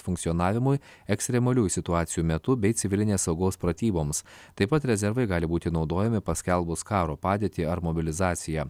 funkcionavimui ekstremaliųjų situacijų metu bei civilinės saugos pratyboms taip pat rezervai gali būti naudojami paskelbus karo padėtį ar mobilizaciją